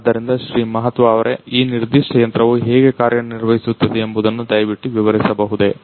ಆದ್ದರಿಂದ ಶ್ರೀ ಮಹತ್ವ ಅವರೇ ಈ ನಿರ್ದಿಷ್ಟ ಯಂತ್ರವು ಹೇಗೆ ಕಾರ್ಯನಿರ್ವಹಿಸುತ್ತದೆ ಎಂಬುದನ್ನು ದಯವಿಟ್ಟು ವಿವರಿಸಬಹುದೇ